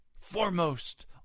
foremost